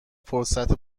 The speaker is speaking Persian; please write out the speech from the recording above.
فرصت